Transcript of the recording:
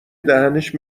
دهنش